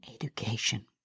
education